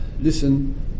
listen